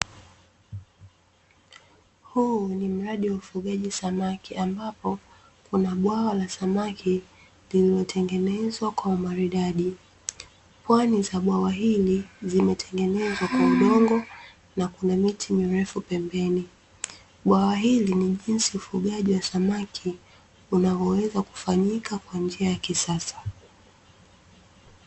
Huu ni mradi wa ufugaji wa samaki, ambapo kuna bwawa la samaki lililotengenezwa kwa umaridadi, pwani za bwawa hili zimetengenezwa kwa udongo, na kuna miti mirefu pembeni. Bwawa hili, ni jinsi ufugaji wa samaki unayavyoweza kufanyika kwa njia ya kisasa.